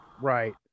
right